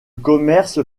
commerce